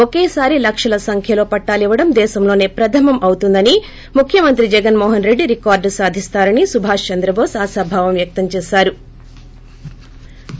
ఒకేసారి లక్షల సంఖ్యలో పట్లాలివ్వడం దేశంలోనే ప్రథమం అవుతుందని ముఖ్యమంత్రి జగన్ మోహన్రెడ్డి రికార్డు సాధిస్తారని సుభాష్ చంద్రబోస్ ఆశాభావం వ్యక్తం చేశారు